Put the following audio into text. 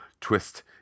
twist